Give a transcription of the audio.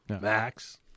Max